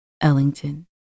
Ellington